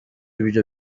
ibyo